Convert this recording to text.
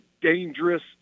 dangerous